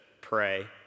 pray